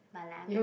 but like I mean